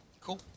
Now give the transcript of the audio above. Cool